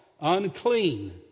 Unclean